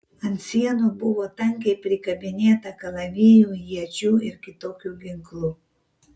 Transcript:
ant sienų buvo tankiai prikabinėta kalavijų iečių ir kitokių ginklų